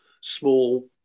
small